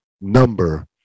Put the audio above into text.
number